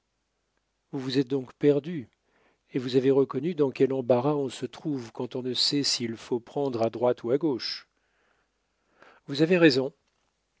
vous vous êtes donc perdus et vous avez reconnu dans quel embarras on se trouve quand on ne sait s'il faut prendre à droite ou à gauche vous avez raison